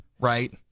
right